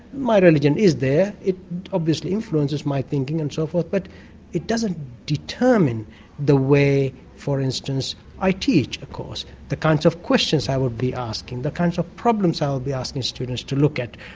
my religion is there. it obviously influences my thinking and so forth but it doesn't determine the way for instance, i teach a course the kinds of questions i will be asking, the kinds of problems i will be asking students to look at.